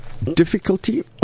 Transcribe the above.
Difficulty